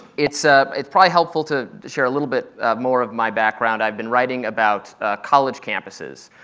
it's ah it's probably helpful to share a little bit more of my background. i've been writing about college campuses,